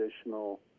additional